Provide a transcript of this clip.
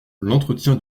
l’entretien